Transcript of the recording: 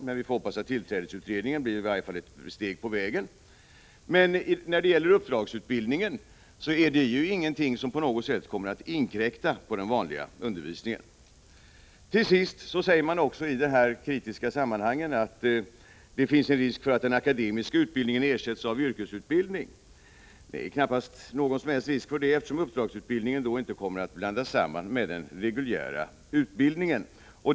Men vi får hoppas att tillträdesutredningen blir i varje fall ett steg på vägen. Uppdragsutbildningen är ju ingenting som på något sätt kommer att inkräkta på den vanliga undervisningen. Till sist säger studenterna i sin kritik att det finns en risk för att den akademiska utbildningen ersätts av yrkesutbildning. Det är knappast någon som helst risk för det, eftersom uppdragsutbildningen inte kommer att blandas samman med den reguljära utbildningen.